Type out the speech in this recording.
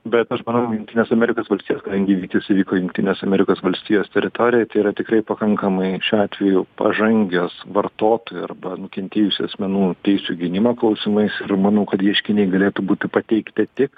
bet aš manau jungtinese amerikos valstijose kadangi įvykis įvyko jungtinės amerikos valstijos teritorijoj tai yra tikrai pakankamai šiuo atveju pažangios vartotojų arba nukentėjusių asmenų teisių gynimo klausimais ir manau kad ieškiniai galėtų būti pateikti tik